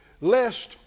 lest